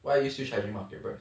why are you selling market price